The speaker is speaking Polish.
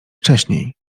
wcześniej